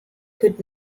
could